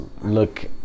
look